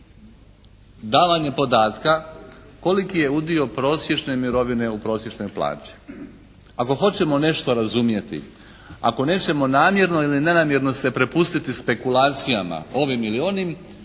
davanje podatka koliki je udio prosječne mirovine u prosječnoj plaći. Ako hoćemo nešto razumjeti, ako nećemo namjerno ili nenamjerno se prepustiti spekulacijama ovim ili onim